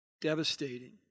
devastating